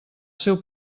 seu